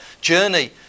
journey